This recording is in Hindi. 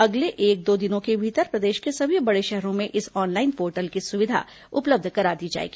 अगले एक दो दिनों के भीतर प्रदेश के सभी बड़े शहरों में इस ऑनलाइन पोर्टल की सुविधा उपलब्ध करा दी जाएगी